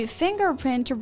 fingerprint